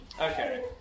Okay